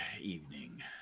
evening